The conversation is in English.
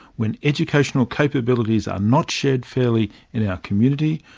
when educational capabilities are not shared fairly in our community,